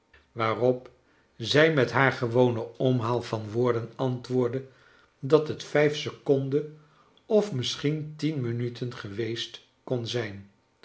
waarop zij met haar gewonen omhaal van woorden antwoordde dat het seconden of misschien minuten geweest kon zijn